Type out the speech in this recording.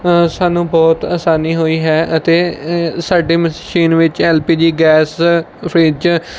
ਸਾਨੂੰ ਬਹੁਤ ਆਸਾਨੀ ਹੋਈ ਹੈ ਅਤੇ ਸਾਡੇ ਮਸ਼ੀਨ ਵਿੱਚ L P G gas fridge